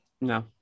No